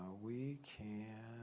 we can